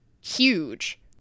huge